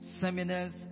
Seminars